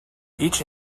each